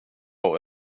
och